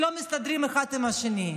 שלא מסתדרים אחד עם השני.